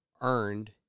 earned